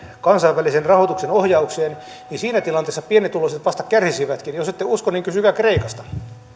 kansainvälisen rahoituksen ohjaukseen niin siinä tilanteessa pienituloiset vasta kärsisivätkin jos ette usko niin kysykää kreikasta